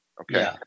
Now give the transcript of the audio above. okay